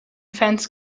fans